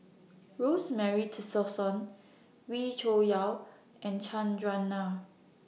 Rosemary Tessensohn Wee Cho Yaw and Chandran Nair